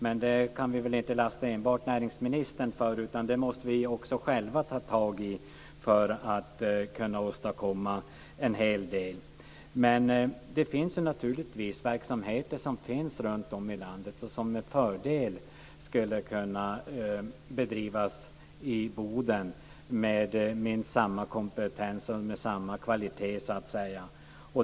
Men det kan vi inte belasta enbart näringsministern med utan det måste vi själva ta tag i för att vi ska kunna åstadkomma någonting. Det finns naturligtvis verksamheter runtom i landet som med fördel kan bedrivas i Boden med samma kompetens och med samma kvalitet.